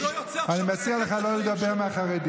אני מציע לך לא לדבר על החרדים.